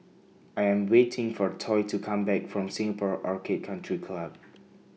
I Am waiting For Toy to Come Back from Singapore Orchid Country Club